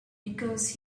because